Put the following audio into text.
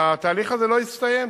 והתהליך הזה לא הסתיים,